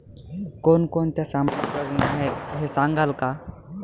कोणकोणत्या सामाजिक योजना आहेत हे सांगाल का?